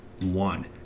one